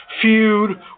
feud